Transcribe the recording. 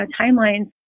timelines